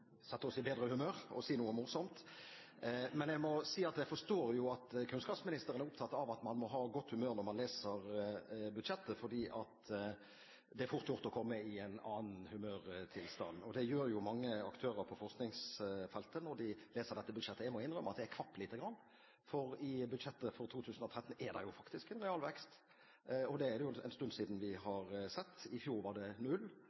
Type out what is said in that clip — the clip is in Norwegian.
oss i bedre humør, å si noe morsomt. Jeg må si at jeg forstår at kunnskapsministeren er opptatt av at man må ha godt humør når man leser budsjettet, for det er fort gjort å komme i en annen humørtilstand. Det gjør jo mange aktører på forskningsfeltet når de leser dette budsjettet. Jeg må innrømme at jeg kvapp litt, for i budsjettet for 2013 er det jo faktisk en realvekst. Det er det en stund siden vi har sett. I fjor var det null.